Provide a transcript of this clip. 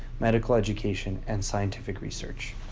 medical education, and scientific research.